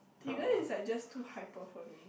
tiger is like just too hyper for me